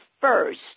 first